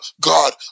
God